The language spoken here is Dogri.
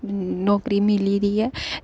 नौकरी मिली दी ऐ